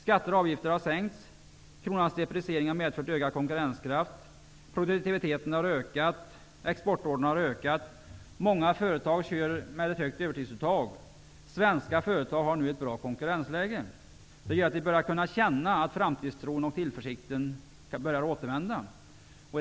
Skatter och avgifter har sänkts, kronans depreciering har medfört ökad konkurrenskraft, produktiviteten har ökat, exportorderna har ökat, många företag har ett högt övertidsuttag. Svenska företag har nu ett bra konkurrensläge. Detta gör att vi börjar känna att framtidstron och tillförsikten kan börja återvända.